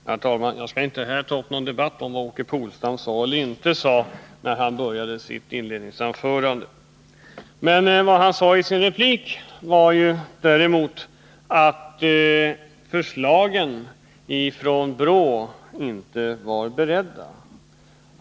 Herr talman! Jag skall inte här ta upp någon debatt om vad Åke Polstam sade eller inte sade när han inledde sitt huvudanförande. Men i sin replik sade han att förslagen från BRÅ inte var beredda.